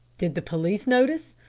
did the police notice?